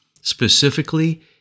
Specifically